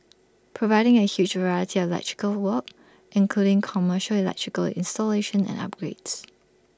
providing A huge variety of electrical work including commercial electrical installation and upgrades